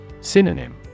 Synonym